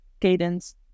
cadence